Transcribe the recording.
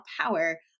power